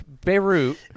Beirut